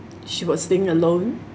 she was sitting alone